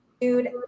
Dude